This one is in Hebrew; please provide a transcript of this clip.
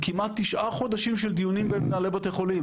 כמעט תשעה חודשים של דיונים בין מנהלי בתי חולים,